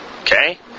okay